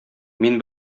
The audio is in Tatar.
мин